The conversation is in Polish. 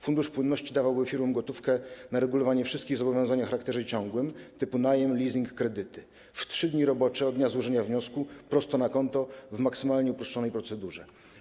Fundusz Płynności dawałby firmom gotówkę na regulowanie wszystkich zobowiązań o charakterze ciągłym typu najem, leasing, kredyty w ciągu trzech dni roboczych od dnia złożenia wniosku prosto na konto, w ramach maksymalnie uproszczonej procedury.